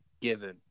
Given